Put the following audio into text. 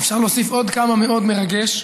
אפשר להוסיף עוד כמה "מאוד" מרגש.